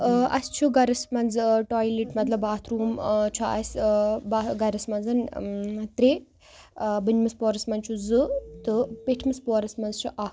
اَسہِ چھُ گَرَس منٛز ٹویٚلِٹ مطلب باتھ روٗم چھُ اَسہِ با گَرَس منٛز ترٛےٚ بۅنمِس پورَس منٛز چھُ زٕ تہٕ پٮ۪ٹھمِس پۅہرَس منٛز چھُ اَکھ